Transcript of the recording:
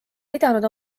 pidanud